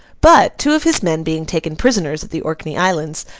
but, two of his men being taken prisoners at the orkney islands,